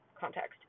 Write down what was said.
context